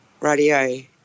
radio